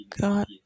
God